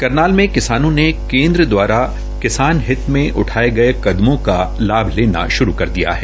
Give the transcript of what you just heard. करनाल में किसानों ने केन्द्र दवारा किसान हित में उठाये गये कदमों का लाभ लेना शुरू कर दिया है